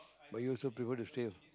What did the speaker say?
but you also prefer to stay